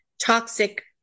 toxic